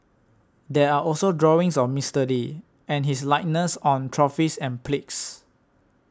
there are also drawings of Mister Lee and his likeness on trophies and plagues